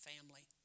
family